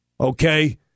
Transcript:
okay